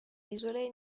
isole